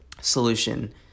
solution